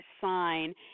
sign